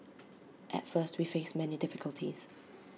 at first we faced many difficulties